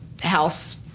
house